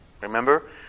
Remember